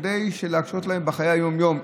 כדי להקשות עליהם בחיי היום-יום.